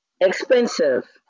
expensive